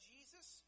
Jesus